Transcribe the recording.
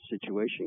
situation